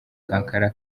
sankara